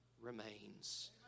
remains